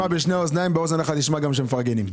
תשמע בשתי האוזניים, באוזן אחת תשמע גם כשמפרגנים.